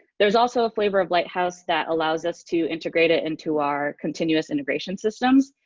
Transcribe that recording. there is also a flavour of lighthouse that allows us to integrate it into our continuous integration systems,